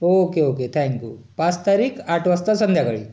okay okay thank you पाच तारीख आठ वाजता संध्याकाळी